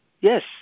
yes